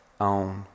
own